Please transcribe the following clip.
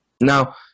now